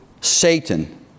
Satan